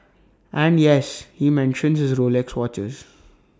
and yes he mentions his Rolex watches